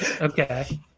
Okay